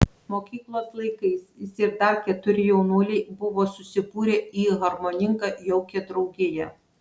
mokyklos laikais jis ir dar keturi jaunuoliai buvo susibūrę į harmoningą jaukią draugiją